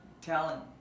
talent